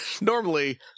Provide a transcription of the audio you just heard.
normally